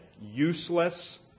useless